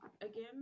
again